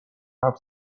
حرف